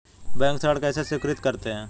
Bank ऋण कैसे स्वीकृत करते हैं?